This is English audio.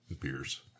Beers